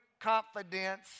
confidence